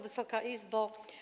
Wysoka Izbo!